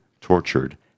tortured